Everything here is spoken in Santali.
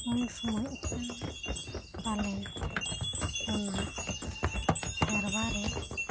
ᱩᱱ ᱥᱚᱢᱚᱭ ᱯᱟᱞᱮᱱ ᱚᱱᱟ ᱥᱮᱨᱣᱟ ᱨᱮ